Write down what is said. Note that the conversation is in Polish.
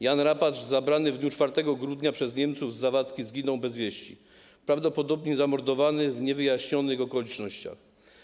Jan Rapacz zabrany w dniu 4 grudnia przez Niemców z Zawadki zaginął bez wieści, prawdopodobnie został zamordowany w niewyjaśnionych okolicznościach.